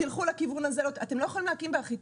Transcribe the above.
תלכו לכיוון הזה או --- אתם לא יכולים להקים באחיטוב?